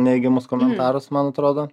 neigiamus komentarus man atrodo